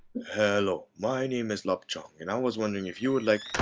hello. my name is lapchung, and i was wondering if you would like.